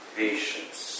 patience